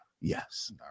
Yes